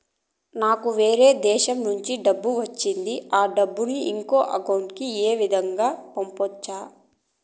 నాకు వేరే దేశము నుంచి డబ్బు వచ్చింది ఆ డబ్బును ఇంకొక అకౌంట్ ఏ విధంగా గ పంపొచ్చా?